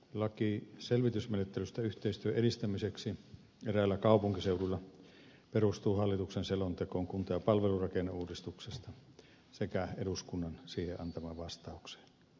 laki selvitysmenettelystä yhteistyön edistämiseksi eräillä kaupunkiseuduilla perustuu hallituksen selontekoon kunta ja palvelurakenneuudistuksesta sekä eduskunnan siihen antamaan vastaukseen